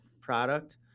product